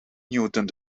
newton